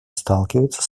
сталкиваются